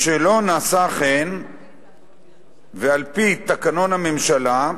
משלא נעשה כן ועל-פי תקנון הממשלה,